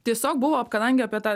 tiesiog buvo kadangi apie tą